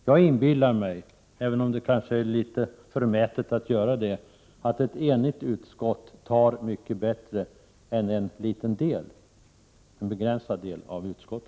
Jag inbillar mig — även om det kanske är förmätet att göra det — att ett uttalande från ett enigt utskott tar mycket bättre än ett uttalande från en begränsad del av ett utskott.